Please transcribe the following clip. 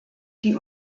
die